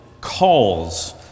calls